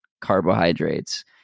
carbohydrates